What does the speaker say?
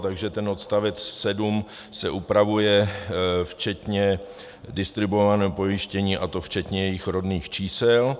Takže ten odstavec 7 se upravuje, včetně distribuovaného pojištění, a to včetně jejich rodných čísel.